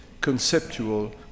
conceptual